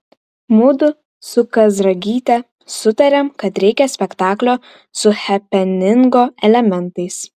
mudu su kazragyte sutarėme kad reikia spektaklio su hepeningo elementais